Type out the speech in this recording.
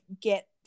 get